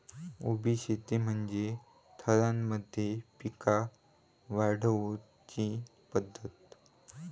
उभी शेती म्हणजे थरांमध्ये पिका वाढवुची पध्दत